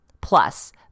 Plus